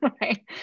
Right